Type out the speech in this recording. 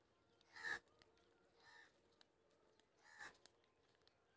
धान में खरपतवार नियंत्रण के लेल कोनो दवाई के उपयोग करना चाही?